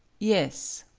yes,